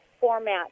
format